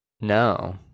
No